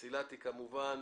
למסילתי כמובן,